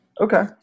Okay